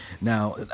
Now